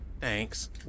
Thanks